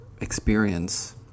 experience